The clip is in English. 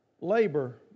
Labor